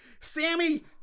Sammy